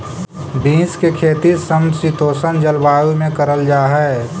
beans की खेती समशीतोष्ण जलवायु में करल जा हई